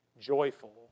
joyful